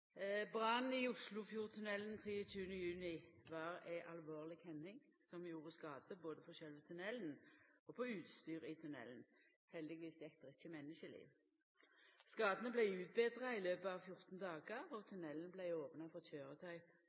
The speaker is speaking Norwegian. i Oslofjordtunnelen 23. juni var ei alvorleg hending som gjorde skade både på sjølve tunnelen og på utstyr i tunnelen. Heldigvis gjekk det ikkje menneskeliv. Skadane vart utbetra i løpet av 14 dagar, og tunnelen vart opna for køyretøy